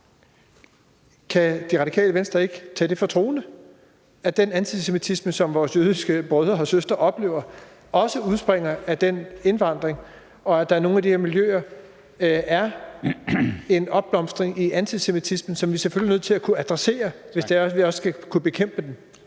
Kan Radikale Venstre ikke tage det for pålydende, at den antisemitisme, som vores jødiske brødre og søstre oplever, også udspringer af den indvandring, og at der i nogle af de her miljøer er en opblomstring af antisemitismen, som vi selvfølgelig er nødt til at kunne adressere, hvis vi også skal kunne bekæmpe den?